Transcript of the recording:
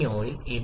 16 നൽകുക